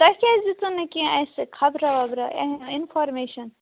تۄہہِ کیازِ دِژو نہٕ کیٚنٛہہ اَسہٕ خبرا وبرا اِن اِنفارمیشَن